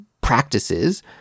practices